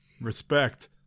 Respect